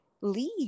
leave